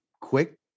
quick